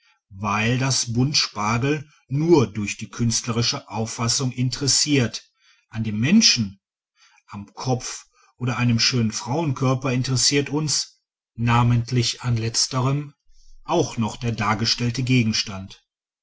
weil das bund spargel nur durch die künstlerische auffassung interessiert an dem menschen am kopf oder an einem schönen frauenkörper interessiert uns namentlich an letzterem auch noch der dargestellte gegenstand